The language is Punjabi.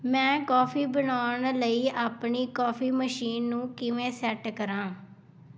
ਮੈਂ ਕੌਫੀ ਬਣਾਉਣ ਲਈ ਆਪਣੀ ਕੌਫੀ ਮਸ਼ੀਨ ਨੂੰ ਕਿਵੇਂ ਸੈੱਟ ਕਰਾਂ